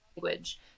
language